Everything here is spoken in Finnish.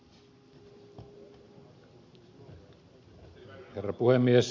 herra puhemies